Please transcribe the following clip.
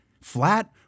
Flat